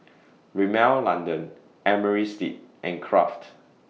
Rimmel London Amerisleep and Kraft